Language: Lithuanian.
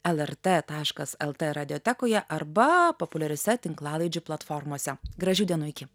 lrt taškas lt radiotekoje arba populiariose tinklalaidžių platformose gražių dienų iki